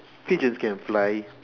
pigeons can fly